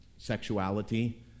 sexuality